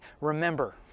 remember